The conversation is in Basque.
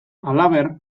halaber